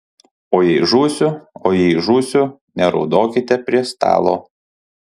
o jei žūsiu o jei žūsiu neraudokite prie stalo